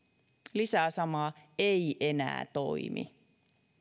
lisää samaa ei enää toimi